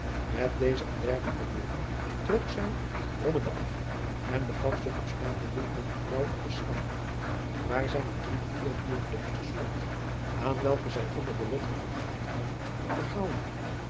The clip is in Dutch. met deze en dergelijke woorden trok zij grommende af en begaf zich op staande voet naar de vrouw van den schout waar zij nog drie of vier buurtklapsters vond aan welke zij onder belofte van geheimhouding